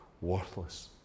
worthless